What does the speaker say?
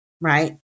right